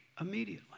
immediately